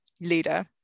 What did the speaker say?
leader